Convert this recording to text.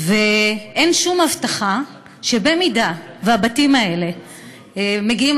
ואין שום הבטחה שאם הבתים האלה מגיעים